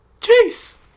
Jeez